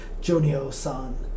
Jonio-san